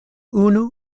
unu